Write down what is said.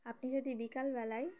আপনি যদি বিকালবেলায়